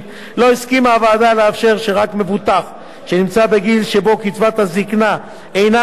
לא הסכימה הוועדה לאפשר שרק מבוטח שנמצא בגיל שבו קצבת הזיקנה אינה מותנית